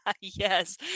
Yes